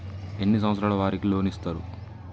ఎన్ని సంవత్సరాల వారికి లోన్ ఇస్తరు?